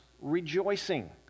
rejoicing